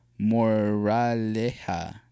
Moraleja